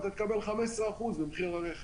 ותקבל 15% ממחיר הרכב.